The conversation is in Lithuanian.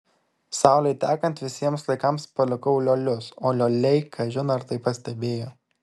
saulei tekant visiems laikams palikau liolius o lioliai kažin ar tai pastebėjo